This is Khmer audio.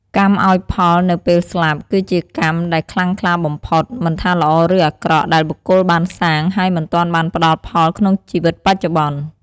កម្មឲ្យផលនៅពេលស្លាប់ គឺជាកម្មដែលខ្លាំងក្លាបំផុត មិនថាល្អឬអាក្រក់ ដែលបុគ្គលបានសាង ហើយមិនទាន់បានផ្ដល់ផលក្នុងជីវិតបច្ចុប្បន្ន។